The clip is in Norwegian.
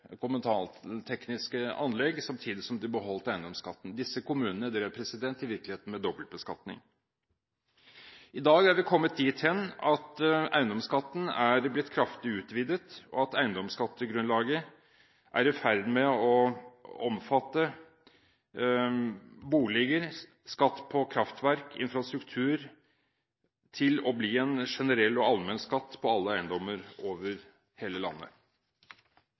anlegg og samtidig beholdt eiendomsskatten. Disse kommunene drev i virkeligheten med dobbeltbeskatning. I dag er vi kommet dit hen at eiendomsskatten er blitt kraftig utvidet, og at eiendomsskattegrunnlaget er i ferd med å gå fra å omfatte boliger, skatt på kraftverk og infrastruktur til å bli en generell og allmenn skatt på alle eiendommer over hele landet.